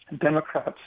Democrats